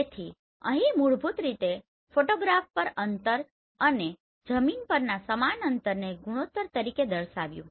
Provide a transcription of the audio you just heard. તેથી અહી મૂળભૂત રીતે ફોટોગ્રાફ પર અંતર અને જમીન પરના સમાન અંતરને ગુણોત્તર તરીકે દર્શાવ્યું